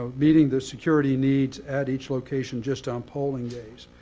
ah meeting the security needs at each location, just on polling days?